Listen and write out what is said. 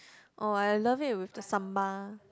oh I love it with the sambal